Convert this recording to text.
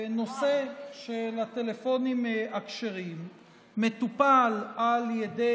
שהנושא של הטלפונים הכשרים מטופל על ידי